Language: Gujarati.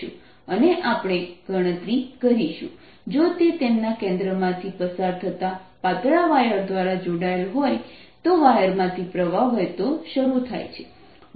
અને આપણે ગણતરી કરીશું જો તે તેમના કેન્દ્રમાંથી પસાર થતા પાતળા વાયર દ્વારા જોડાયેલા હોય તો વાયરમાંથી પ્રવાહ વહેતો શરૂ થાય છે